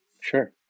Sure